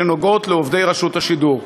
שנוגעות לעובדי רשות השידור.